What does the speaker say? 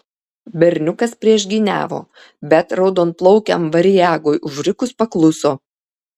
berniukas priešgyniavo bet raudonplaukiam variagui užrikus pakluso